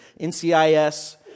NCIS